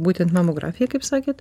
būtent mamografija kaip sakėt